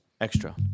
extra